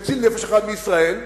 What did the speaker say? המציל נפש אחת מישראל,